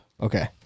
Okay